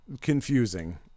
confusing